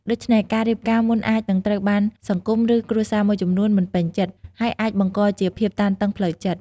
ដូច្នេះការរៀបការមុនអាចនឹងត្រូវបានសង្គម ឬគ្រួសារមួយចំនួនមិនពេញចិត្ត ហើយអាចបង្កជាភាពតានតឹងផ្លូវចិត្ត។